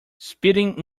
speeding